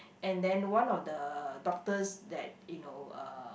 and then one of the doctors that you know uh